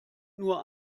nur